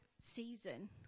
season